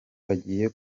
bagiye